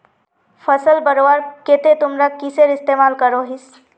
फसल बढ़वार केते तुमरा किसेर इस्तेमाल करोहिस?